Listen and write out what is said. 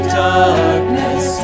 darkness